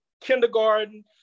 kindergarten